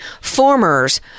formers